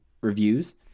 reviews